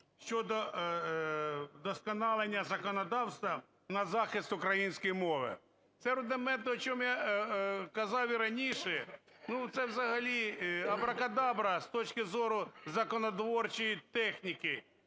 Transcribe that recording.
щодо вдосконалення законодавства на захист української мови. Це рудимент, про що я казав і раніше. Ну, це взагалі абракадабра з точки зору законотворчої техніки